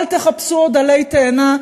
אל תחפשו עוד עלי תאנה,